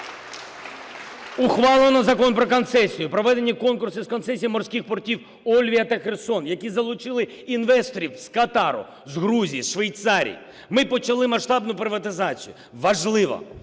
Ухвалено Закон "Про концесію". Проведено конкурси з концесії морських портів "Ольвія" та "Херсон", які залучили інвесторів з Катару, з Грузії, із Швейцарії. Ми почали масштабну приватизацію. Важливо: